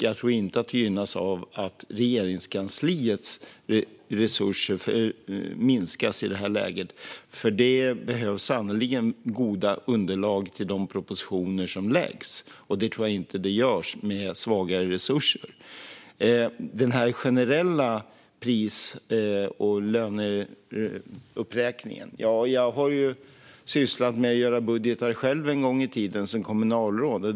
Jag tror inte att det gynnas av att Regeringskansliets resurser minskas i detta läge. Det behövs sannerligen goda underlag för de propositioner som läggs fram, och sådana tror jag inte görs med svagare resurser. När det gäller den generella pris och löneuppräkningen har jag en gång i tiden själv sysslat med att göra budgetar som kommunalråd.